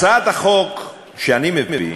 הצעת החוק שאני מביא,